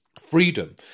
freedom